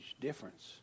difference